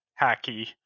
hacky